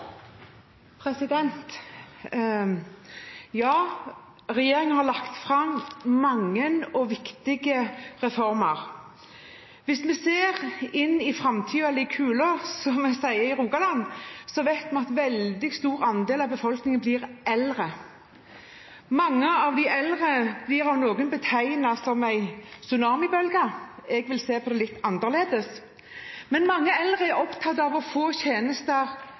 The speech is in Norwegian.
Ja, regjeringen har lagt fram mange og viktige reformer. Hvis vi ser inn i framtiden, eller i kula, som vi sier i Rogaland, vet vi at en veldig stor andel av befolkningen blir eldre. De mange eldre blir av noen betegnet som en tsunamibølge. Jeg vil se litt annerledes på det. Men mange eldre er opptatt av å få tjenester